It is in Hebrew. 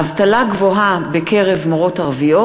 אבטלה גבוהה בקרב מורות ערביות,